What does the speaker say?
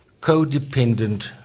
codependent